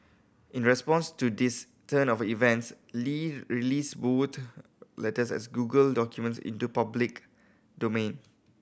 in response to this turn of events Li released both letters as Google documents into public domain